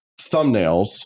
thumbnails